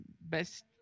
best